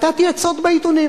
נתתי עצות בעיתונים.